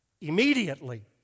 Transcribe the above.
immediately